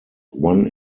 one